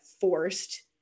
forced